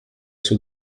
suo